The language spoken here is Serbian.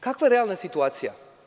Kakva je realna situacija?